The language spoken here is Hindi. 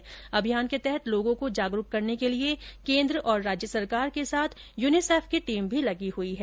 इस अभियान के प्रति लोगों को जागरूक करने के लिये केन्द्र और राज्य सरकार के साथ यूनिसेफ की टीम भी लगी हुई है